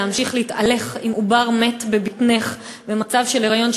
להמשיך להתהלך עם עובר מת בבטנך במצב של היריון,